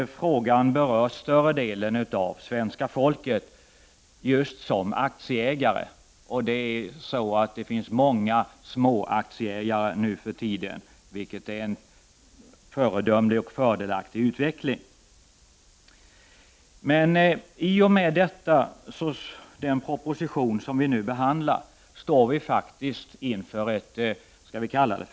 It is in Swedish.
Frågan berör dock stora delar av svenska folket, som aktieägare. Nu för tiden finns det många små aktieägare, vilket är en föredömlig och fördelaktig utveckling. I och med den proposition som vi nu behandlar står vi inför ett ”systemskifte”.